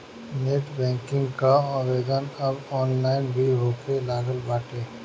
net banking कअ आवेदन अब ऑनलाइन भी होखे लागल बाटे